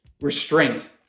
restraint